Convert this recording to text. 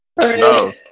No